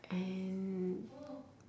and